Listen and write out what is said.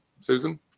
Susan